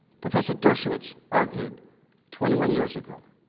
but ah so dershowitz argued twenty one years ago.